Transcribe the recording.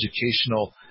educational